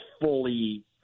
fully